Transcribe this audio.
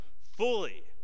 fully